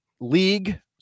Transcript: league